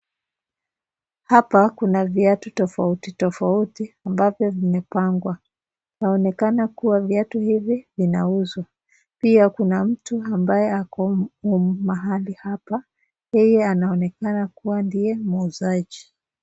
Hapa kuna viatu tofauti tofauti ambavyo vimepangwa, vinaonekana kuwa viatu hivi vinauzwa, pia kuna mtu ambaye ako mahali hapa yeye anaonekana ndiye mwuuzaji.